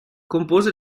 compose